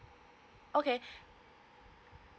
okay